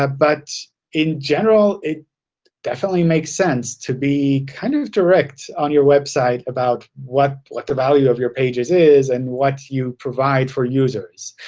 ah but in general, it definitely makes sense to be kind of direct on your website about what like the value of your pages is and what you provide for users.